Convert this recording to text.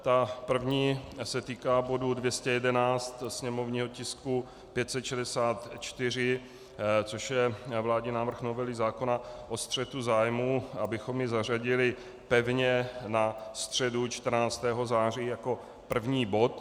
Ta první se týká bodu 211, sněmovního tisku 564, což je vládní návrh novely zákona o střetu zájmů, abychom ji zařadili pevně na středu 14. září jako první bod.